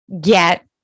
get